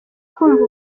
kumva